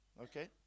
okay